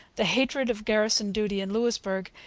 the hatred of garrison duty in louisbourg,